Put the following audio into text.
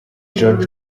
george